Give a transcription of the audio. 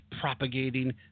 propagating